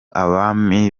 abami